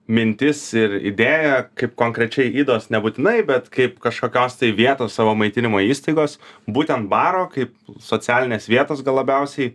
mintis ir idėja kaip konkrečiai ydos nebūtinai bet kaip kažkokios tai vietos savo maitinimo įstaigos būtent baro kaip socialinės vietos gal labiausiai